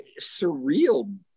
surreal